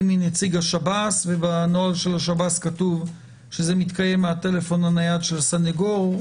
מנציב השב"ס ובנוהל השב"ס כתוב שזה מתקיים מהטלפון הנייד של הסנגור,